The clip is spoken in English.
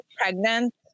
pregnant